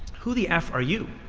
who the f are you?